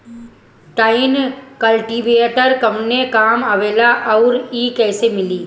Tine cultivator कवने काम आवेला आउर इ कैसे मिली?